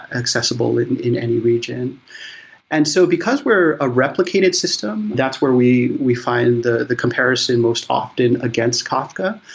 accessible in any region and so because we're a replicated system, that's where we we find the the comparison most often against kafka.